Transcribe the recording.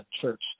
church